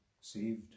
saved